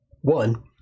One